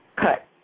cut